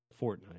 Fortnite